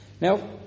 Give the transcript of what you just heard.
Now